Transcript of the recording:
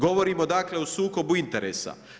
Govorimo dakle o sukobu interesa.